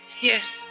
Yes